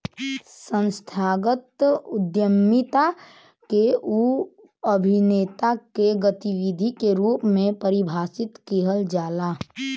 संस्थागत उद्यमिता के उ अभिनेता के गतिविधि के रूप में परिभाषित किहल जाला